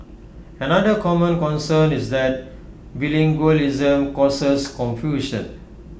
another common concern is that bilingualism causes confusion